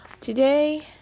Today